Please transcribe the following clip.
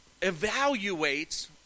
evaluates